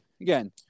again